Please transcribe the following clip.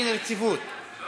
לאייטם הבא: הצעת חוק פרישה (תיקון מס' 5)